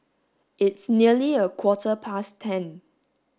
its nearly a quarter past ten